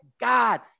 God